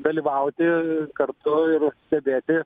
dalyvauti kartu ir stebėti